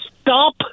stop